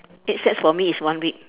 eight sets for me is one week